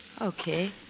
Okay